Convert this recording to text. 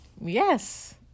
yes